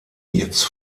jetzt